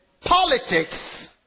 Politics